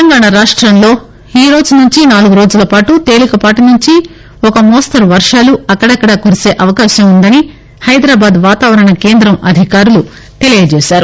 తెలంగాణ రాష్ట్రంలో ఈరోజు నుంచి నాలుగురోజుల పాటు తేలికపాటీనుంచి ఓ మోస్తరు వర్వాలు అక్కడక్కడా కురిసే అవకాశం ఉందని హైదరాబాద్ వాతావరణ కేం్రదం అధికారులు తెలియచేశారు